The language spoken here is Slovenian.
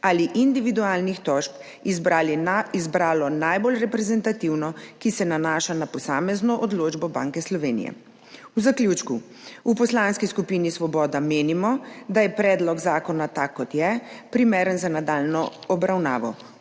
ali individualnih tožb izbralo najbolj reprezentativno, ki se nanaša na posamezno odločbo Banke Slovenije. Za zaključek. V Poslanski skupini Svoboda menimo, da je predlog zakona, tak kot je, primeren za nadaljnjo obravnavo,